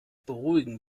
beruhigen